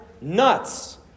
nuts